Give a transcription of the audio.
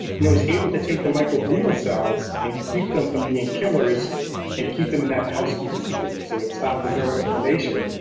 it was able to take the microglial cells and keep them from being killers and keep them in that housekeeping state. so it stopped the neuroinflammation.